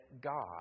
God